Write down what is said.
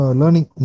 learning